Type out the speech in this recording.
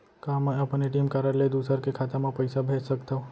का मैं अपन ए.टी.एम कारड ले दूसर के खाता म पइसा भेज सकथव?